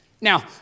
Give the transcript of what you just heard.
Now